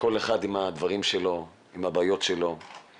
כל אחד עם הדברים שלו, עם הבעיות שלו והם